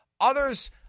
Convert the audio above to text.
Others